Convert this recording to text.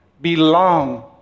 belong